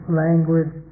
language